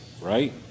right